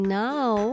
now